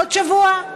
עוד שבוע?